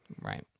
right